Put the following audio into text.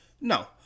no